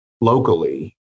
locally